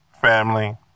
family